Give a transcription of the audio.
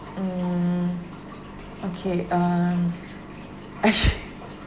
mm okay um actually